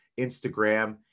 Instagram